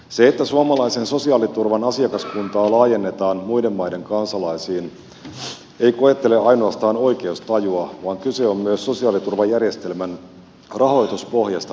se että suomalaisen sosiaaliturvan asiakaskuntaa laajennetaan muiden maiden kansalaisiin ei koettele ainoastaan oikeustajua vaan kyse on myös sosiaaliturvajärjestelmän rahoituspohjasta pitkällä tähtäyksellä